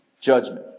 judgment